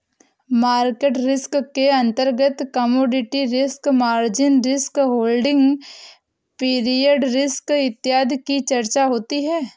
market risk के अंतर्गत commodity risk, margin risk, holding period risk इत्यादि की चर्चा होती है